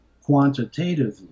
quantitatively